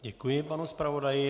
Děkuji panu zpravodaji.